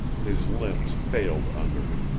his limbs failed under him,